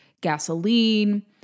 gasoline